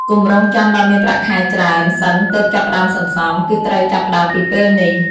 កុំរង់ចាំដល់មានប្រាក់ខែច្រើនសិនទើបចាប់ផ្ដើមសន្សំ គឺត្រូវចាប់ផ្ដើមពីពេលនេះ។